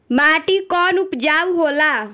माटी कौन उपजाऊ होला?